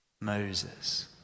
Moses